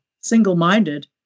single-minded